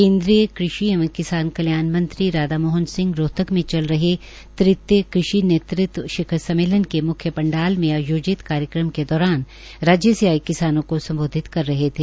केन्द्रीय कृषि एवं किसान कल्याण मंत्री राधा मोहन सिंह ने रोहतक में चल रहे तृतीय कृषि नेतृत्व शिखर सम्मेलन के मुख्य पंडाल में आयोजित कार्यक्रम के दौरान राज्य से आए किसानों को समबोधित कर रहे थे